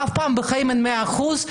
אף פעם בחיים אין מאה אחוז.